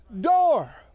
door